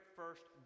first